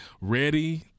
ready